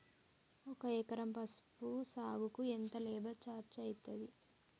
ఒక ఎకరం పసుపు సాగుకు ఎంత లేబర్ ఛార్జ్ అయితది?